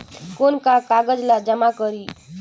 कौन का कागज ला जमा करी?